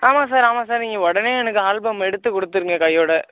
ஆமாம் சார் ஆமாம் சார் நீங்கள் உடனே எனக்கு ஆல்பம் எடுத்து கொடுத்துருங்க கையோட